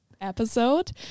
episode